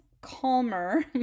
calmer